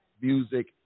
music